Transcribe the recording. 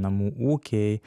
namų ūkiai